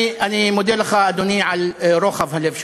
אני מודה לך, אדוני, על רוחב הלב שלך.